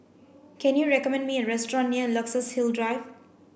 can you recommend me a restaurant near Luxus Hill Drive